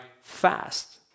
fast